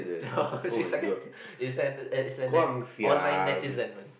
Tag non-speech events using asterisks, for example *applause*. *laughs* she's sarcastic it's an it's a net online netizen man